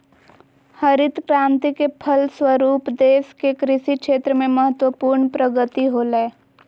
हरित क्रान्ति के फलस्वरूप देश के कृषि क्षेत्र में महत्वपूर्ण प्रगति होलय